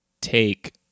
Take